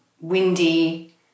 windy